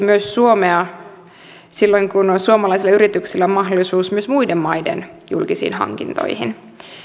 myös suomea silloin kun on suomalaisilla yrityksillä mahdollisuus myös muiden maiden julkisiin hankintoihin